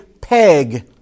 peg